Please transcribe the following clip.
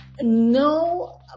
no